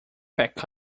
pack